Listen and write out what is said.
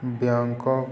Bangkok